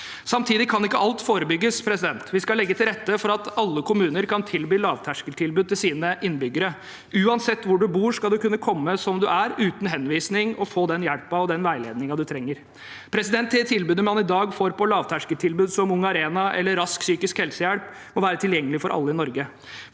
Samtidig kan ikke alt forebygges. Vi skal legge til rette for at alle kommuner kan tilby lavterskeltilbud til sine innbyggere. Uansett hvor du bor, skal du kunne komme som du er, uten henvisning, og få den hjelpen og den veiledningen du trenger. Det tilbudet man i dag får på lavterskeltilbud som Ung Arena eller Rask psykisk helsehjelp, må være tilgjengelig for alle i Norge.